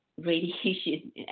radiation